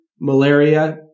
malaria